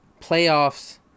playoffs